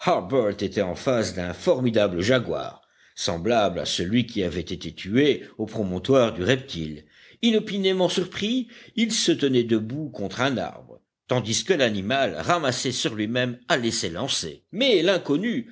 était en face d'un formidable jaguar semblable à celui qui avait été tué au promontoire du reptile inopinément surpris il se tenait debout contre un arbre tandis que l'animal ramassé sur lui-même allait s'élancer mais l'inconnu